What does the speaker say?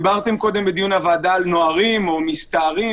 דיברתם קודם על נוהרים או מסתערים